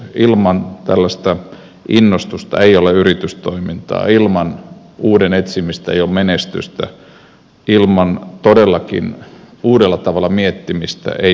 ilman tällaista innostusta ei ole yritystoimintaa ilman uuden etsimistä ei ole menestystä ilman todellakin uudella tavalla miettimistä ei ole työpaikkoja